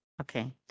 Okay